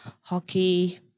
hockey